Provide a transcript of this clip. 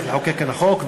צריך לחוקק את החוק,